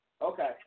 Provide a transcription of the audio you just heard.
Okay